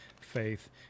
faith